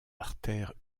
artères